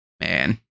man